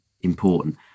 important